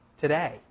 today